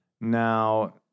Now